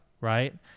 right